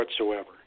whatsoever